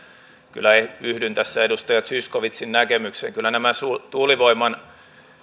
kyllä yhdyn tässä edustaja zyskowiczin näkemykseen kyllä nämä tuulivoiman